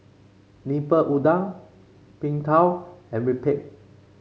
Lemper Udang Png Tao and rempeyek